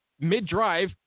Mid-drive